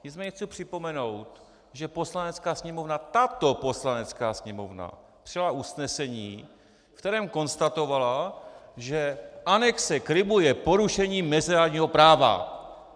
Nicméně chci připomenout, že Poslanecká sněmovna, tato Poslanecká sněmovna, přijala usnesení, ve kterém konstatovala, že anexe Krymu je porušení mezinárodního práva.